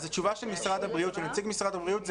אז התשובה של נציג משרד הבריאות זה